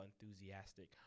enthusiastic